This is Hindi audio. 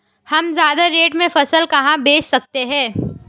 हम ज्यादा रेट में फसल कहाँ बेच सकते हैं?